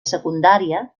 secundària